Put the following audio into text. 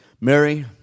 Mary